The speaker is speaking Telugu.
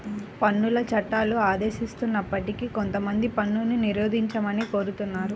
పన్నుల చట్టాలు ఆదేశిస్తున్నప్పటికీ కొంతమంది పన్నును నిరోధించమనే కోరుతున్నారు